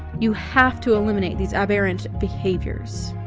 you have to eliminate these aberrant behaviors.